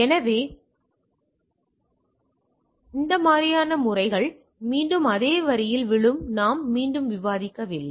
எனவே முறைகள் மீண்டும் அதே வரியில் விழும் நாம் மீண்டும் விவாதிக்கவில்லை